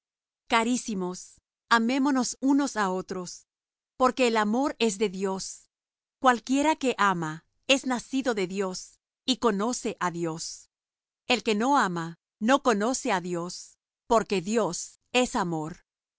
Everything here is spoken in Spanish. carísimos amémonos unos á otros porque el amor es de dios cualquiera que ama es nacido de dios y conoce á dios el que no ama no conoce á dios porque dios es amor